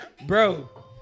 bro